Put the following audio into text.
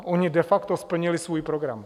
Ony de facto splnily svůj program.